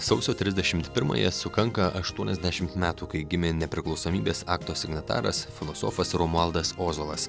sausio trisdešimt pirmąją sukanka aštuoniasdešimt metų kai gimė nepriklausomybės akto signataras filosofas romualdas ozolas